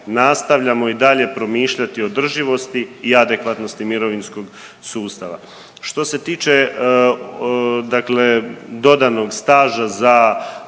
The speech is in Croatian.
Nastavljamo i dalje promišljati o održivosti i adekvatnosti mirovinskog sustava. Što se tiče dakle dodanog staža za